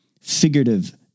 figurative